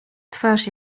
twarz